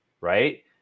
right